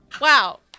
Wow